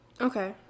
Okay